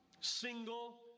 single